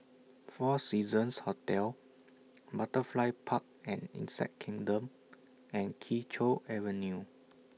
four Seasons Hotel Butterfly Park and Insect Kingdom and Kee Choe Avenue